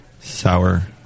sour